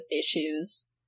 issues